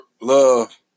love